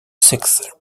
sixth